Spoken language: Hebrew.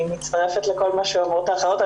אני מצטרפת לכל מה שאומרות האחרות.